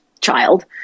child